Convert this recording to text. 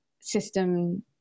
system